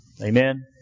Amen